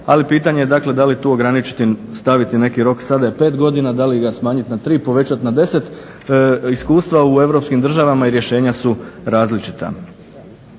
ali pitanje da li tu ograničiti i staviti neki rok. Sada je 5 godina, da li ga smanjiti na 3 povećati na 10, iskustva u europskim državama i rješenja su različita.